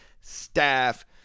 Staff